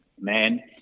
man